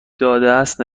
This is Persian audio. دادهاست